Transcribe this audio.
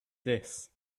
this